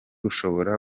ushobora